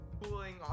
pulling